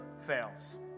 fails